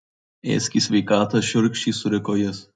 ėsk į sveikatą šiurkščiai suriko jis